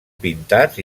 pintats